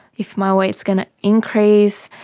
if my weight is going to increase.